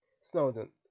Snowden